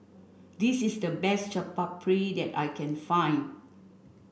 this is the best Chaat Papri that I can find